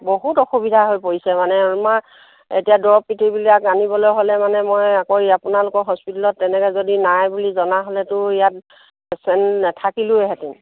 বহুত অসুবিধা হৈ পৰিছে মানে আমাৰ এতিয়া দৰৱ পাতিবিলাক আনিবলৈ হ'লে মানে মই আকৌ আপোনালোকৰ হস্পিটেলত তেনেকৈ যদি নাই বুলি জনা হ'লেতো ইয়াত পেচেণ্ট নেথাকিলোৱে হেঁতেন